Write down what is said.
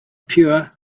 pure